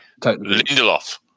Lindelof